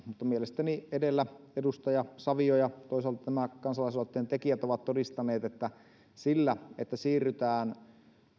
mutta mielestäni edellä edustaja savio ja toisaalta tämän kansalaisaloitteen tekijät ovat todistaneet että sillä että siirrytään